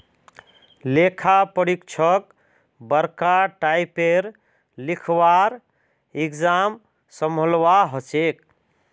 लेखा परीक्षकक बरका टाइपेर लिखवार एग्जाम संभलवा हछेक